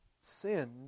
sin